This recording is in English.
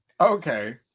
okay